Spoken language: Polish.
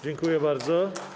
Dziękuję bardzo.